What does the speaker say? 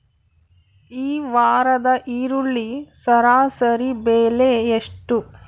ಈ ವಾರದ ಈರುಳ್ಳಿ ಸರಾಸರಿ ಬೆಲೆ ಎಷ್ಟು?